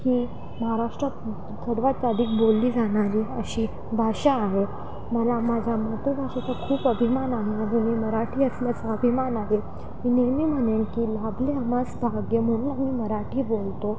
ही महाराष्ट्रात सर्वात अधिक बोलली जाणारी अशी भाषा आहे मला माझा मातृभाषेचां खूप अभिमान आहे आणि मी मराठी असण्याचा अभिमान आहे मी नेहमी म्हणेन की लाभले आम्हास भाग्य मला मी मराठी बोलतो